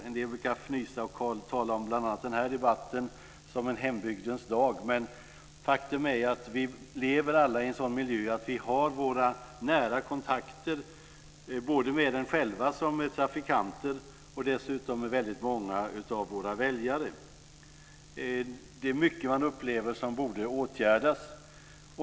En del kanske kan fnysa och tala om den här debatten som en hembygdens dag, men faktum är att vi lever alla i en sådan miljö att vi har våra nära kontakter både med er själva som trafikanter och dessutom med väldigt många av våra väljare. Det är mycket man upplever som borde åtgärdas.